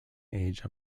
age